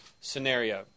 scenario